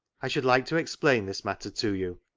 i should like to explain this matter to you.